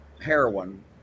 heroin